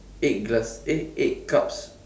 eight glass eh eight cups